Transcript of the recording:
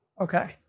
Okay